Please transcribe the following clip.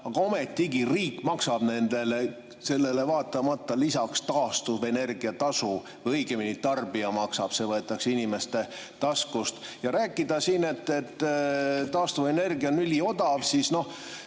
Ometigi riik maksab nendele sellele vaatamata lisaks taastuvenergia tasu, õigemini tarbija maksab, see võetakse inimeste taskust. Rääkida siin, et taastuvenergia on üliodav, siis te